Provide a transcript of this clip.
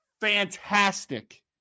Fantastic